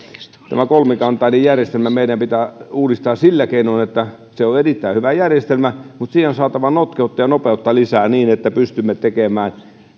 tämä kolmikantainen järjestelmä meidän pitää uudistaa sillä keinoin se on erittäin hyvä järjestelmä että siihen on saatava notkeutta ja nopeutta lisää niin että pystymme tekemään